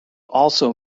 also